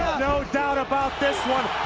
no doubt about this one,